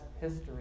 history